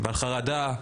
על חרדה,